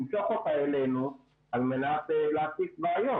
למשוך אותה אלינו על מנת להציף בעיות.